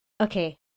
Okay